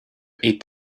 eight